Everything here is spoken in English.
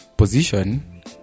position